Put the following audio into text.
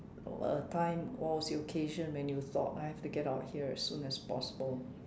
a a time what was the occasion when you thought I have to get out here as soon as possible